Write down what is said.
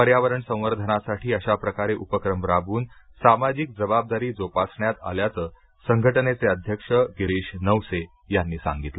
पर्यावरण संवर्धनासाठी अशा प्रकारे उपक्रम राबवून सामाजिक जबाबदारी जोपासण्यात आल्याचं संघटनेचे अध्यक्ष गिरीश नवसे यांनी सांगितले